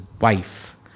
wife